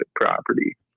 property